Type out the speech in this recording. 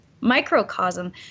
microcosm